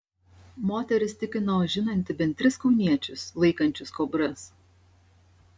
moteris tikino žinanti bent tris kauniečius laikančius kobras